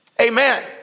amen